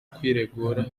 kwiregura